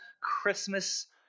Christmas